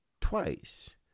twice